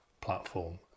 platform